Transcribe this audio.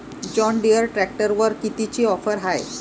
John Deere ट्रॅक्टरवर कितीची offer हाये?